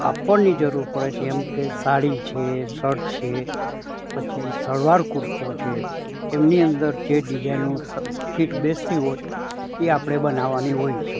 કાપડની જરૂર પડે છે એમકે સાડી છે શર્ટ છે પછી સલવાર કુરતો છે એમની અંદર જે ડિઝાઈનો ફિટ બેસતી હોય એ આપણે બનાવવાની હોય છે